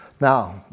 Now